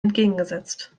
entgegengesetzt